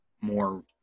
more